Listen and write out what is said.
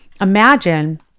Imagine